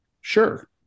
Sure